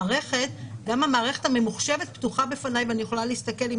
גם המערכת הממוחשבת פתוחה בפניי ואני יכולה להסתכל אם